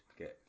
Okay